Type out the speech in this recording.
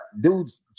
dudes